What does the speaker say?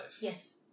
Yes